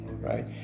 right